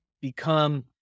become